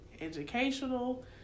educational